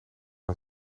hij